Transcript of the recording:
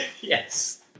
yes